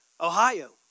Ohio